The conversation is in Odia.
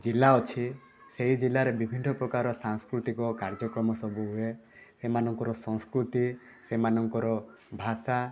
ଜିଲ୍ଲା ଅଛି ସେହି ଜିଲ୍ଲାରେ ବିଭିନ୍ନପ୍ରକାର ସାଂସ୍କୃତିକ କାର୍ଯ୍ୟକ୍ରମ ସବୁ ହୁଏ ସେମାନଙ୍କର ସଂସ୍କୃତି ସେମାନଙ୍କର ଭାଷା